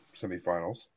semifinals